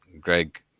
Greg